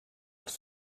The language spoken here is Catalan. als